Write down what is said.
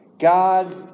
God